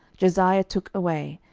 josiah took away,